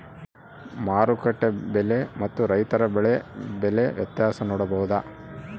ಮಾರುಕಟ್ಟೆ ಬೆಲೆ ಮತ್ತು ರೈತರ ಬೆಳೆ ಬೆಲೆ ವ್ಯತ್ಯಾಸ ನೋಡಬಹುದಾ?